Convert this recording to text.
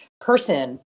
person